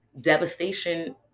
devastation